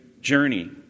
journey